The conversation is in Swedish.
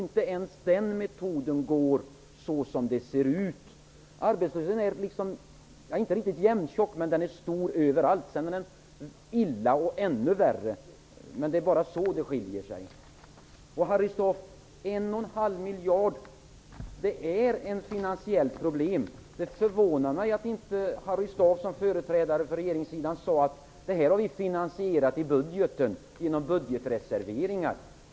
Inte ens den metoden fungerar såsom det ser ut. Arbetslösheten är inte riktigt jämntjock, men den är stor överallt. Det är illa eller ännu värre, men det är bara så det skiljer sig. Att finna finansiering för 1,5 miljarder är ett problem, Harry Staaf. Det förvånar mig att inte Harry Staaf som företrädare för regeringssidan sade att man hade finansierat det i budgeten genom budgetreserveringar.